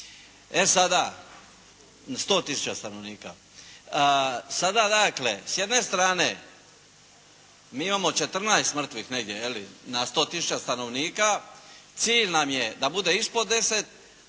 Sada dakle s jedne strane mi imamo 14 mrtvih negdje na 100 tisuća stanovnika, cilj nam je da bude ispod 10,